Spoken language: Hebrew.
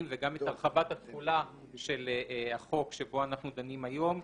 וגם את הרחבת התכולה של החוק שבו אנחנו דנים היום.